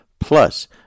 Plus